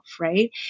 Right